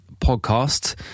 podcast